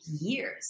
years